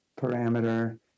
parameter